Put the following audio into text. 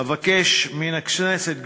אבקש מן הכנסת,